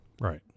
Right